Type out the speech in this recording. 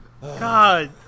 God